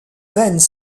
veines